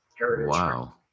Wow